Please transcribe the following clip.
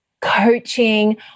coaching